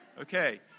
Okay